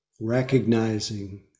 recognizing